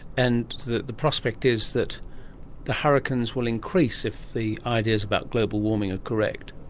and the the prospect is that the hurricanes will increase if the ideas about global warming are correct?